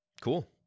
Cool